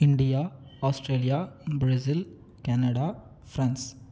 India Australia Brazil Canada France